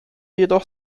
jedoch